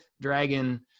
dragon